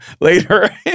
later